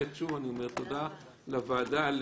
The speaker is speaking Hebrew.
תודה לוועדה,